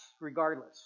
regardless